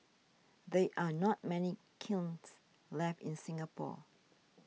there are not many kilns left in Singapore